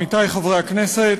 עמיתי חברי הכנסת,